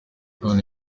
none